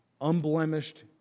Unblemished